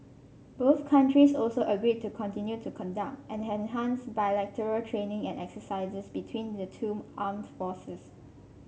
both countries also agreed to continue to conduct and enhance bilateral training and exercises between the two armed forces